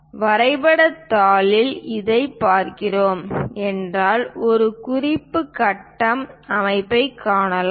வரைபடத் தாளில் இதைப் பார்க்கிறோம் என்றால் ஒரு குறிப்பு கட்டம் அமைப்பைக் காணலாம்